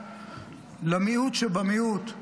למיעוט שבמיעוט,